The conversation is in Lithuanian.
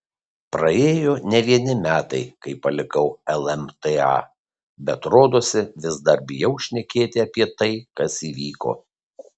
praėjo ne vieni metai kai palikau lmta bet rodosi vis dar bijau šnekėti apie tai kas įvyko